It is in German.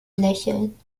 lächeln